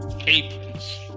aprons